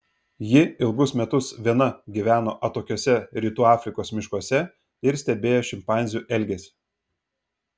ji ilgus metus viena gyveno atokiuose rytų afrikos miškuose ir stebėjo šimpanzių elgesį